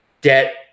debt